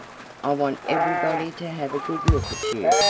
i want everybody to have a good look at you,